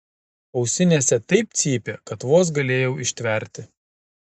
ausinėse taip cypė kad vos galėjau ištverti